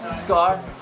Scar